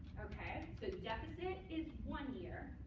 ok? so the deficit is one year.